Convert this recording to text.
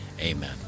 amen